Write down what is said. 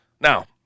Now